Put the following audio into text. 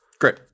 great